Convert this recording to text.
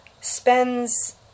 spends